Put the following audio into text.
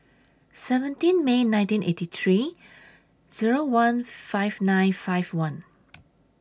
seventeen May nineteen eighty three Zero one five nine five one